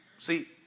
See